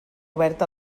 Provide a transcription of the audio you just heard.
obert